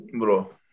bro